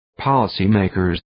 policymakers